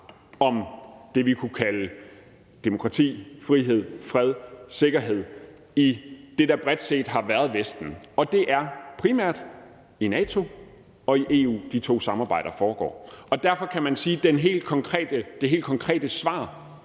om det, vi kunne kalde demokrati, frihed, fred, sikkerhed i det, der bredt set har været Vesten. Det er primært i NATO og i EU, at de to samarbejder foregår. Derfor kan man sige, at det helt konkrete svar